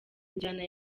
injyana